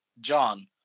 John